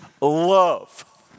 love